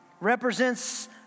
represents